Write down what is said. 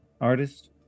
artist